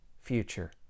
future